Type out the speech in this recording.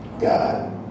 God